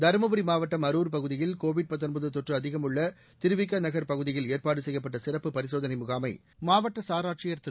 தருமபுரி மாவட்டம் அரூர் பகுதியில் கோவிட் தொற்று அதிகம் உள்ள திருவிக நகர் பகுதியில் ஏற்பாடு செய்யப்பட்ட சிறப்பு பரிசோதனை முகாமை சார் ஆட்சியர் திரு